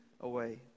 away